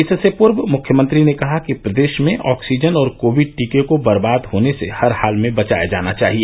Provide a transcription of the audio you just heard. इससे पूर्व मुख्यमंत्री ने कहा कि प्रदेश में ऑक्सीजन और कोविड टीके को बर्बाद होने से हर हाल में बचाया जाना चाहिए